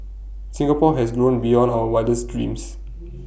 Singapore has grown beyond our wildest dreams